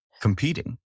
competing